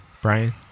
Brian